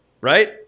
right